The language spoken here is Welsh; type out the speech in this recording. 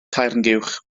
carnguwch